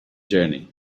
journey